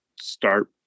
start